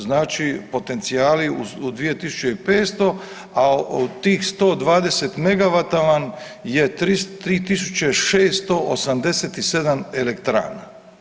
Znači potencijali u 2500, a od tih 120 megavata vam je 3687 elektrana.